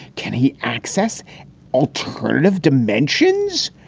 can he access alternative dimensions?